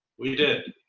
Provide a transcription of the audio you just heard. we did.